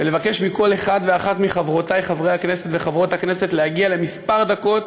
ולבקש מכל אחד ואחת מחברותי חברי הכנסת וחברות הכנסת להגיע למספר דקות